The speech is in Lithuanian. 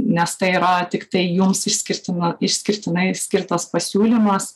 nes tai yra tiktai jums išskirtina išskirtinai skirtas pasiūlymas